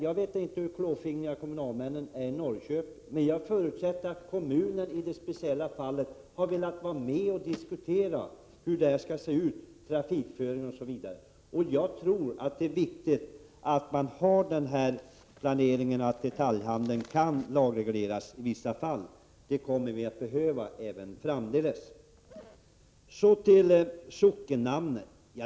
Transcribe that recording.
Jag vet inte hur klåfingriga kommunalmännen är i Norrköping, men jag förutsätter att kommunen i det speciella fallet har velat vara med och diskutera hur trafikföring osv. skall se ut. Och jag tror det är viktigt att ha denna planering och att detaljhandeln kan lagregleras i vissa fall. Det kommer vi att behöva även framdeles. Så till sockennamnen.